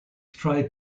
tried